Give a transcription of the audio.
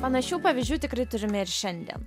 panašių pavyzdžių tikrai turime ir šiandien